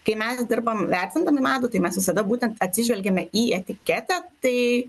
kai mes dirbam vertindami medų tai mes visada būtent atsižvelgiame į etiketę tai